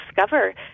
discover